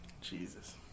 Jesus